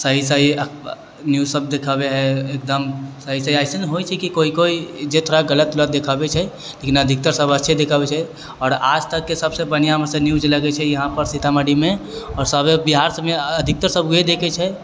सही सही न्यूजसभ देखाबैत हइ एकदम सही सही अइसन होइत छै कि कोइ कोइ जे थोड़ा गलत ओलत देखाबैत छै लेकिन अधिकतर सभ अच्छे देखाबैत छै आओर आजतकके सभसँ बढ़िआँ न्यूज लगैत छै कि यहाँपर सीतामढ़ीमे आओर सभे बिहारसभमे अधिकतर सभ उएह देखैत छै